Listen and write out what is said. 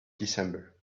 december